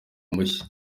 mushya